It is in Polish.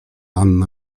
anna